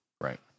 Right